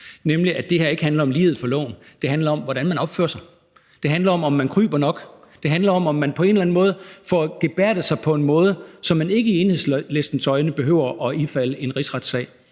nemlig at det her ikke handler om lighed for loven, det handler om, hvordan man opfører sig. Det handler om, om man kryber nok. Det handler om, om man på en eller anden måde får gebærdet sig på en måde, så man i Enhedslistens øjne ikke behøver at ifalde en rigsretssag.